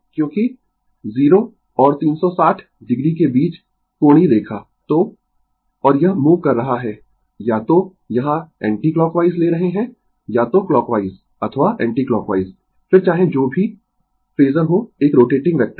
क्योंकि 0 और 360 o के बीच कोणीय रेखा तो और यह मूव कर रहा है या तो यहाँ एंटीक्लॉकवाइज ले रहे है या तो क्लॉकवाइज अथवा एंटीक्लॉकवाइज फिर चाहे जो भी फेजर हो एक रोटेटिंग वेक्टर